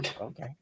Okay